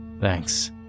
Thanks